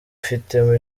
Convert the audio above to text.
ifitemo